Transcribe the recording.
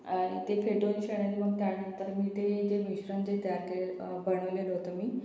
ते फेटूनशान आणि मग त्यानंतर मी ते जे मिश्रण जे तयार केलेलं बनवलेलं होतं मी